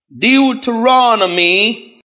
Deuteronomy